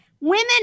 women